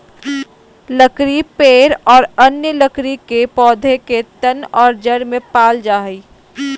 लकड़ी पेड़ और अन्य लकड़ी के पौधा के तन और जड़ में पाल जा हइ